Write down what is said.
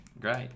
great